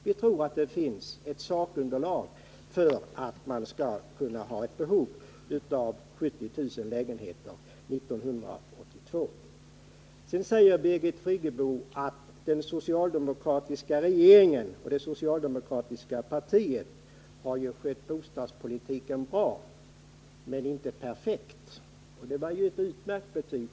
Vi tror att det finns ett sakunderlag för det angivna behovet på 70 000 lägenheter 1982. Sedan säger Birgit Friggebo att den socialdemokratiska regeringen och det socialdemokratiska partiet skött bostadspolitiken bra men inte perfekt. Det var ju ett utmärkt betyg.